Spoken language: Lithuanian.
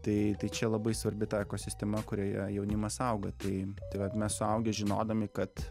tai tai čia labai svarbi ta ekosistema kurioje jaunimas auga tai vat mes suaugę žinodami kad